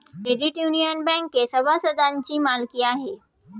credit union बँकेत सभासदांची मालकी आहे